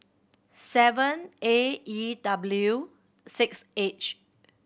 seven A E W six H